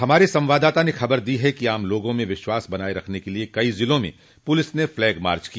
हमारे संवाददाता ने खबर दी है कि आम लोगों में विश्वास बनाए रखने के लिए कई जिलों में पुलिस ने फ्लैगमार्च किया